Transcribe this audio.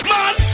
Man